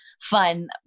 fun